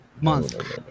Month